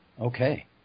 Okay